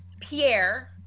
Pierre